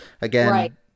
again